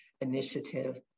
initiative